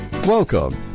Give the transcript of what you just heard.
Welcome